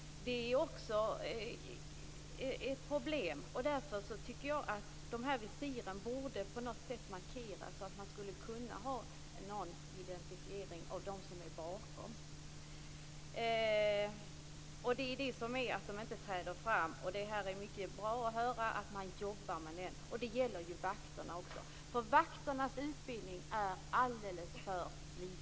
Det är också ett problem. Därför tycker jag att visiren på något sätt borde märkas så att man kunde identifiera dem som döljer sig bakom visiren. Poliserna träder inte fram. Men det är mycket bra att man jobbar med frågan. Detta gäller vakterna också. Vakternas utbildning är alldeles för kort.